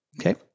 Okay